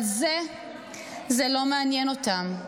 אבל זה לא מעניין אותם,